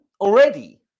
already